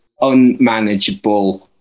unmanageable